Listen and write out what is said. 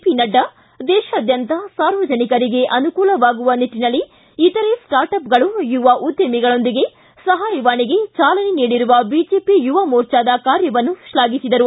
ಪಿನಡ್ಡಾ ದೇಶಾದ್ಯಂತ ಸಾರ್ವಜನಿಕರಿಗೆ ಅನುಕೂಲವಾಗುವ ನಿಟ್ಟಿನಲ್ಲಿ ಇತರೆ ಸ್ಟಾರ್ಟ್ ಅಪ್ಗಳು ಯುವ ಉದ್ಯಮಿಗಳೊಂದಿಗೆ ಸಹಾಯವಾಣಿಗೆ ಚಾಲನೆ ನೀಡಿರುವ ಬಿಜೆಪಿ ಯುವ ಮೋರ್ಚಾದ ಕಾರ್ಯವನ್ನು ಶ್ಲಾಫಿಸಿದರು